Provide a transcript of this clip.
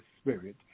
Spirit